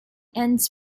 ends